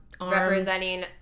representing